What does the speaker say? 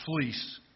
fleece